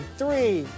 three